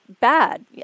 bad